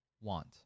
want